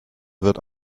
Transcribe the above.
wird